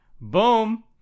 boom